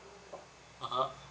uh